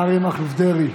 את אריה מכלוף דרעי.